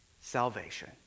salvation